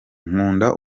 nkunda